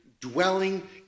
dwelling